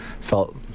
felt